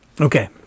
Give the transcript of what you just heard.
Okay